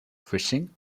fishing